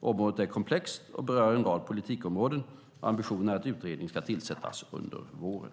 Området är komplext och berör en rad politikområden. Ambitionen är att en utredning ska tillsättas under våren.